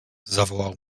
zawołał